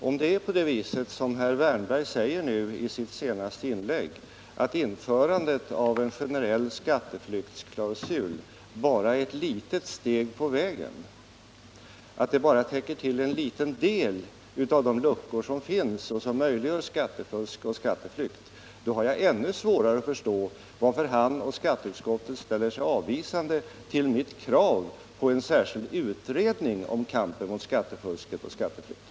Om det är på det sätt som herr Wärnberg säger i sitt senaste inlägg — att införandet av en generell skatteflyktsklausul bara är ett litet steg på vägen och bara täpper till en liten del av de luckor som finns och som möjliggör skattefusk och skatteflykt — så har jag ännu svårare att förstå varför han och skatteutskottet ställer sig avvisande till mitt krav på en särskild utredning om kampen mot skattefusket och skatteflykten.